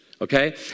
Okay